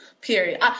period